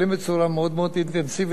התחבורה,